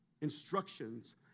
instructions